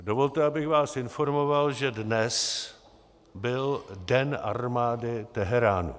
Dovolte, abych vás informoval, že dnes byl den armády Teheránu.